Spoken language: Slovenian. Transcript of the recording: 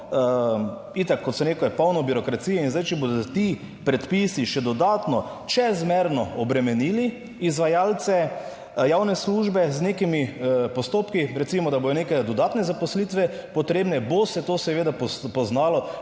itak, kot sem rekel, je polno birokracije. In zdaj, če bodo ti predpisi še dodatno čezmerno obremenili izvajalce javne službe z nekimi postopki, recimo, da bodo neke dodatne zaposlitve potrebne, bo se to seveda poznalo